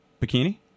bikini